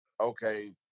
okay